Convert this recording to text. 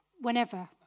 whenever